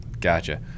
Gotcha